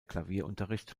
klavierunterricht